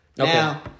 Now